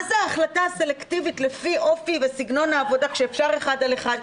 מה זו ההחלטה הסלקטיבית לפי אופי וסגנון העבודה כשאפשר אחד על אחד,